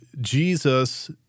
Jesus